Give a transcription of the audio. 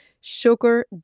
sugar